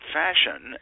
fashion